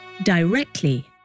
directly